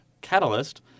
Catalyst